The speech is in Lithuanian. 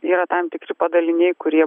yra tam tikri padaliniai kurie